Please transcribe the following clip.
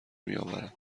میآورد